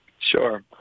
Sure